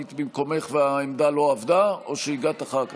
היית במקומך והעמדה לא עבדה או שהגעת אחר כך?